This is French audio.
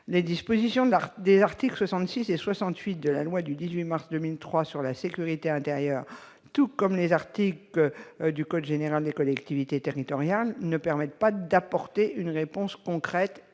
Les dispositions des articles 66 et 68 de la loi du 18 mars 2003 pour la sécurité intérieure, tout comme les articles du code général des collectivités territoriales, ne permettent d'apporter aucune réponse concrète,